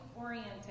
oriented